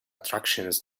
attractions